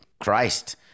Christ